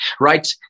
Right